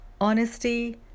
honesty